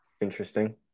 Interesting